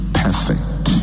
perfect